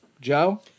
Joe